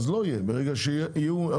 זה נקרא התניית שירות בשירות.